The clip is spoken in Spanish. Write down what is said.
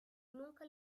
nunca